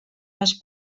més